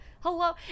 hello